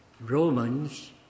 Romans